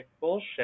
bullshit